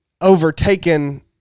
overtaken